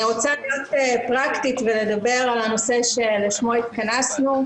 אני רוצה להיות פרקטית ולדבר על הנושא שלשמו התכנסנו.